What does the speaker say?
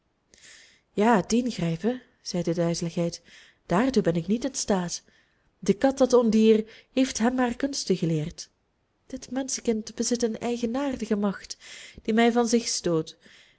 ja dien grijpen zei de duizeligheid daartoe ben ik niet in staat de kat dat ondier heeft hem haar kunsten geleerd dit menschenkind bezit een eigenaardige macht die mij van zich stoot